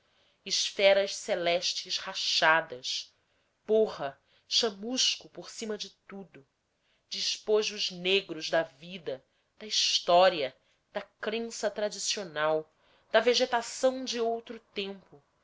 esferas celestes rachadas borra chamusco por cima de tudo despojos negros da vida da história da crença tradicional da vegetação de outro tempo